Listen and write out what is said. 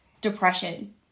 depression